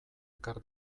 ekar